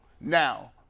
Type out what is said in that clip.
now